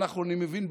אני מבין,